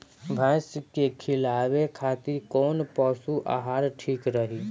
भैंस के खिलावे खातिर कोवन पशु आहार ठीक रही?